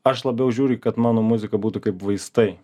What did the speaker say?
aš labiau žiūri kad mano muzika būtų kaip vaistai